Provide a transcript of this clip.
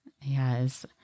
Yes